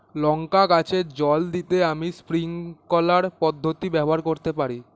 লঙ্কা গাছে জল দিতে আমি স্প্রিংকলার পদ্ধতি ব্যবহার করতে পারি?